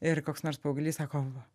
ir koks nors paauglys sako